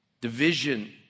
division